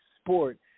sport